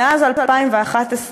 מאז 2011,